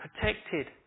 protected